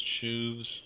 shoes